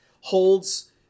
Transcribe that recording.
holds